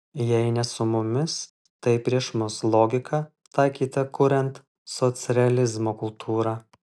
jei ne su mumis tai prieš mus logika taikyta kuriant socrealizmo kultūrą